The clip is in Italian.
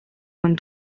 con